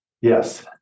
Yes